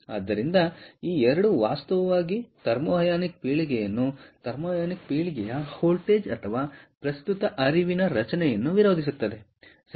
ಆದ್ದರಿಂದ ಈ 2 ವಾಸ್ತವವಾಗಿ ಥರ್ಮೋ ಅಯಾನಿಕ್ ಪೀಳಿಗೆಯನ್ನು ಥರ್ಮೋ ಅಯಾನಿಕ್ ಪೀಳಿಗೆಯ ವೋಲ್ಟೇಜ್ ಅಥವಾ ಪ್ರಸ್ತುತ ಹರಿವಿನ ರಚನೆಯನ್ನು ವಿರೋಧಿಸುತ್ತದೆ ಸರಿ